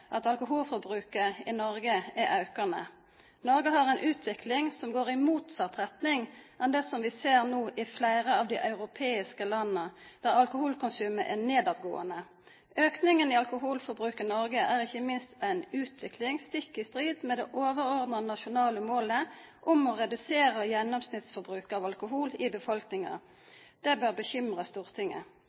at alkoholforbruket i Norge er økende. Norge har en utvikling som går i motsatt retning av det vi nå ser i flere av de europeiske landene, der alkoholkonsumet er nedadgående. Økningen i alkoholforbruket i Norge er ikke minst en utvikling stikk i strid med det overordnede nasjonale målet om å redusere gjennomsnittsforbruket av alkohol i befolkningen. Det bør bekymre Stortinget.